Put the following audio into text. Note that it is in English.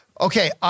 Okay